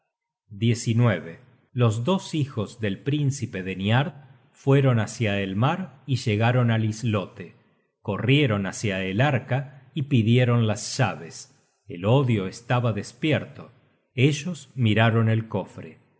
nidad los dos hijos del príncipe de niard fueron hacia el mar y llegaron al islote corrieron hácia el arca y pidieron las llaves el odio estaba despierto ellos miraron el cofre